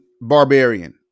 barbarian